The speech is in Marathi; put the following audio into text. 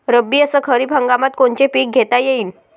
रब्बी अस खरीप हंगामात कोनचे पिकं घेता येईन?